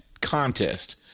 contest